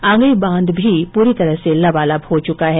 आंगई बांध भी पूरी तरह से लबालब हो चुका है